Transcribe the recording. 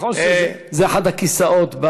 נכון שזה אחד הכיסאות,